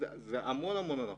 זה המון המון הנחות.